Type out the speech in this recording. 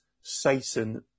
Satan